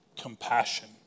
compassion